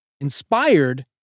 inspired